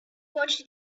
watched